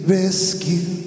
rescue